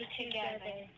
together